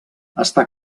està